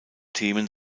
themen